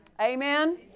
Amen